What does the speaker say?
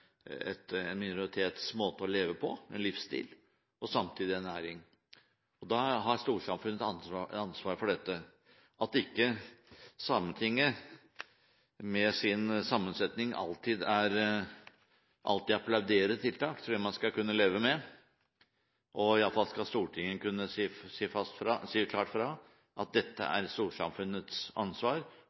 Da har storsamfunnet et ansvar for dette. At ikke Sametinget med sin sammensetting alltid applauderer et tiltak, tror jeg man skal kunne leve med, og i alle fall skal Stortinget kunne si klart fra at dette er storsamfunnets ansvar, og at det er et nasjonalt ansvar